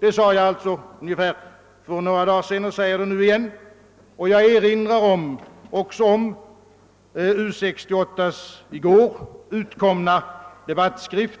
Detta framhöll jag för några dagar sedan, och jag upprepar det nu. Vidare erinrar jag om den debattskrift som utkom i går från U 68,